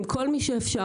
עם כל מי שאפשר,